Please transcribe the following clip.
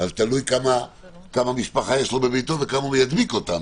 תלוי כמה משפחה יש לו בביתו וכמה הוא ידביק אותם.